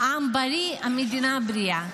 העם בריא, המדינה בריאה.